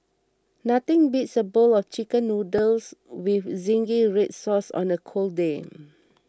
nothing beats a bowl of Chicken Noodles with Zingy Red Sauce on a cold day